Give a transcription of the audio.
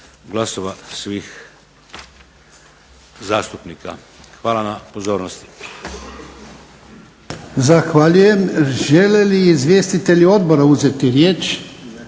glasova svih zastupnika. Hvala na pozornosti. **Jarnjak, Ivan (HDZ)** Zahvaljujem. Žele li izvjestitelji odbora uzeti riječ? Ne.